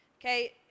Okay